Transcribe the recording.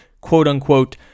quote-unquote